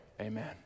Amen